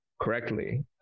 correctly